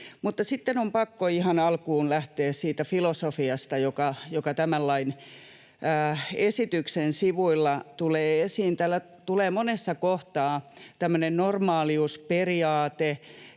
mutta sitten on pakko ihan alkuun lähteä siitä filosofiasta, joka tämän lain esityksen sivuilla tulee esiin. Täällä tulee monessa kohtaa tämmöinen normaaliusperiaate